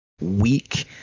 weak